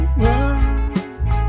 words